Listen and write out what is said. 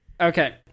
Okay